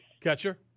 Catcher